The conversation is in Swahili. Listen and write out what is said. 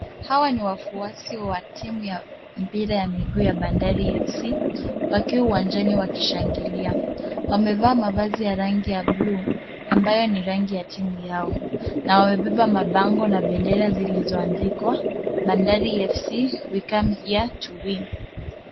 Hawa ni wafuasi wa timu ya miguu ya Bandari FC wakiwa uwanjani wakishangilia. Wamevaa mavazi ya rangi ya blue ambayo ni rangi ya timu yao na wamebeba mabango na bendera zilizoandikwa Bandari FC we come here to win .